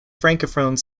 francophone